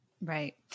Right